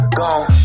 gone